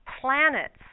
planets